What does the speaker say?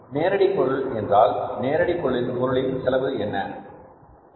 நேரடி பொருள் என்றால் நேரடி பொருளில் செலவு எவ்வளவு